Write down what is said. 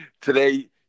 Today